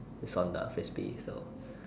is on the frisbee so